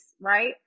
right